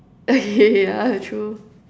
yeah true